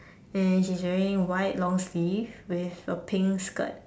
and she's wearing white long sleeve with a pink skirt